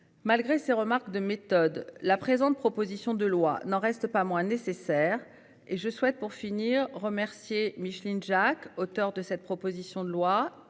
Malgré ses remarques de méthode la présente, proposition de loi n'en reste pas moins nécessaire et je souhaite pour finir remercié Micheline Jacques auteur de cette proposition de loi